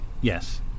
Yes